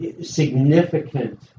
significant